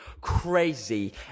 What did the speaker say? crazy